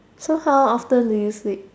so how often do you sleep